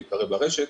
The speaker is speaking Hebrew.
אסור להתקרב לרשת.